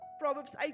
Proverbs